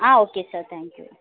ah okay sir thank you